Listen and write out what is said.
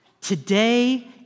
Today